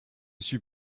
suis